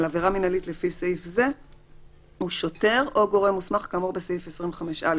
עבירה מנהלית לפי סעיף זה הוא שוטר או גורם מוסמך כאמור בסעיף 25(א)(2).